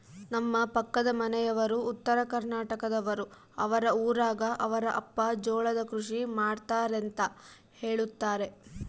ನಮ್ಮ ಪಕ್ಕದ ಮನೆಯವರು ಉತ್ತರಕರ್ನಾಟಕದವರು, ಅವರ ಊರಗ ಅವರ ಅಪ್ಪ ಜೋಳ ಕೃಷಿ ಮಾಡ್ತಾರೆಂತ ಹೇಳುತ್ತಾರೆ